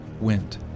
went